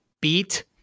beat